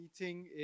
meeting